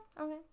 okay